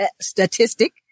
statistic